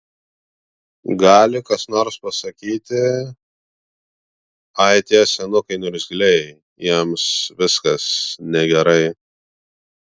gali kas nors pasakyti ai tie senukai niurzgliai jiems viskas negerai